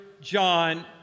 John